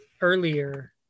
earlier